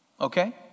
Okay